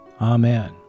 Amen